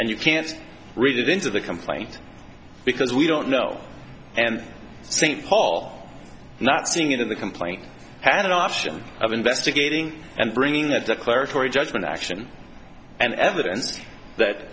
and you can't read it into the complaint because we don't know and i think paul not seeing it in the complaint has an option of investigating and bringing that declaratory judgment action and evidence that